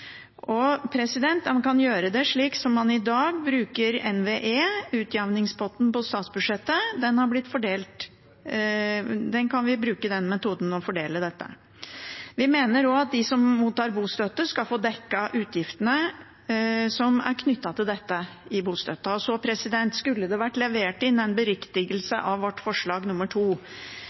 Man kan gjøre det slik man i dag bruker NVE-utjevningspotten på statsbudsjettet. Den metoden kan vi bruke til å fordele dette. Vi mener også at de som mottar bostøtte, skal få dekket utgiftene som er knyttet til dette, gjennom bostøtten. Det skulle ha vært levert inn en beriktigelse av vårt forslag